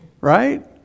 right